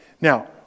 Now